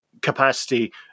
capacity